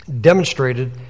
demonstrated